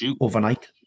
overnight